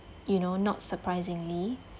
you know not surprisingly